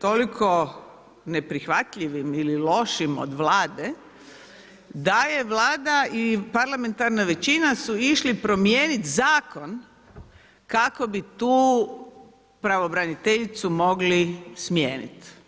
toliko neprihvatljivim ili lošim od Vlade da je Vlada i parlamentarna većina su išli promijeniti zakon kako bi tu pravobraniteljicu mogli smijeniti.